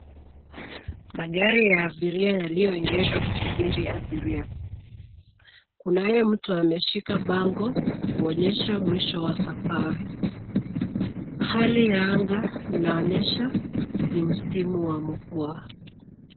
Magari ya abiria yaliyoegeshwa kusubiri abiria. Kunaye mtu ameshika bango, kuonyesha mwisho wa safari. Hali ya anga inaonyesha, ni msimu wa mvua.